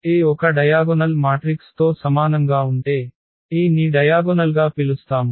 A ఒక diagonal matrix తో సమానంగా ఉంటే A ని డయాగొనల్గా పిలుస్తాము